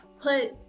put